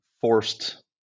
forced